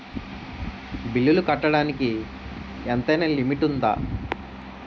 బిల్లులు కట్టడానికి ఎంతైనా లిమిట్ఉందా?